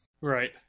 Right